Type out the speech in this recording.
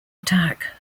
attack